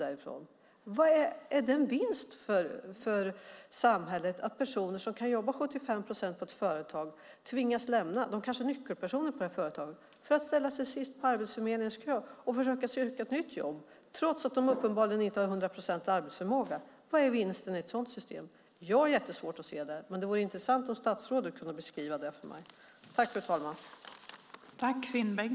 Är det en vinst för samhället att personer som kan jobba 75 procent på ett företag tvingas lämna - de kanske är nyckelpersoner på företaget - för att ställa sig sist i Arbetsförmedlingens kö och försöka söka ett nytt jobb, trots att de uppenbarligen inte har hundra procent arbetsförmåga? Vad är vinsten med ett sådant system? Jag har jättesvårt att se det, men det vore intressant om statsrådet kunde beskriva det för mig.